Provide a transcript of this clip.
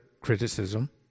criticism